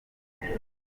mbere